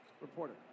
reporter